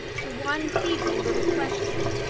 to one feeble little question.